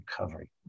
recovery